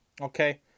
okay